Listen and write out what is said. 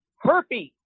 Herpes